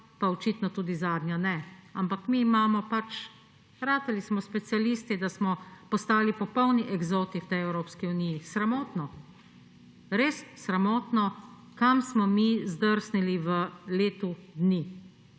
pa očitno tudi zadnja ne. Ampak mi imamo pač … Ratali smo specialisti, da smo postali popolni eksoti v tej Evropski uniji. Sramotno, res sramotno, kam smo mi zdrsnili v letu dni.